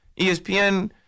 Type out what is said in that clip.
ESPN